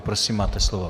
Prosím máte slovo.